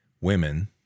women